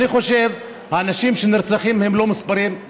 אני חושב שאנשים שנרצחים הם לא מספרים.